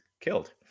killed